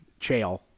Chael